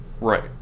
Right